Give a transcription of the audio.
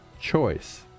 choice